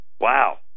wow